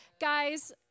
Guys